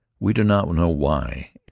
we do not know why,